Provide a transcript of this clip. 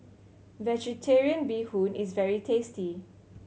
Vegetarian Bee Hoon is very tasty